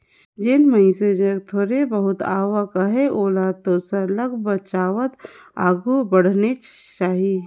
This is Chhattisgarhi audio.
जेन मइनसे जग थोर बहुत आवक अहे ओला तो सरलग बचावत आघु बढ़नेच चाही